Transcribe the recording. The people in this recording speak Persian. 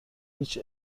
هیچ